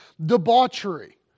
debauchery